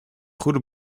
goede